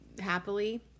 happily